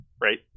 right